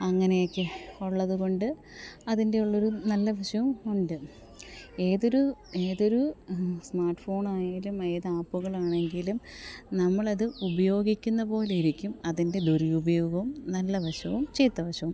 അങ്ങനെയൊക്കെ ഉള്ളത് കൊണ്ട് അതിന്റെ ഉള്ളൊരു നല്ല വശവും ഉണ്ട് ഏതൊരു ഏതൊരു സ്മാട്ട് ഫോൺ ആയാലും ഏത് ആപ്പുകളാണെങ്കിലും നമ്മൾ അത് ഉപയോഗിക്കുന്ന പോലെ ഇരിക്കും അതിന്റെ ദുരുപയോഗവും നല്ല വശവും ചീത്ത വശവും